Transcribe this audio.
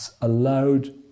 allowed